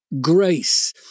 grace